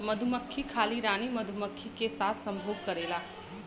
मधुमक्खी खाली रानी मधुमक्खी के साथ संभोग करेला